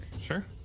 Sure